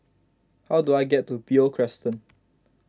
how do I get to Beo Crescent